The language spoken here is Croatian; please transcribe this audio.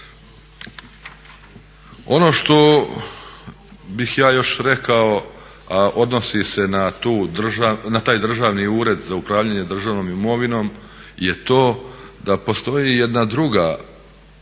Ono što bih ja još rekao, a odnosi se na taj Državni uredi za upravljanje državnom imovinom je to da postoji jedna druga